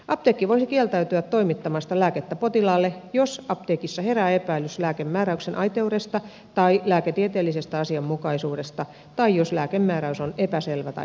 apteekki voisi kieltäytyä toimittamasta lääkettä potilaalle jos apteekissa herää epäilys lääkemääräyksen aitoudesta tai lääketieteellisestä asianmukaisuudesta tai jos lääkemääräys on epäselvä tai puutteellinen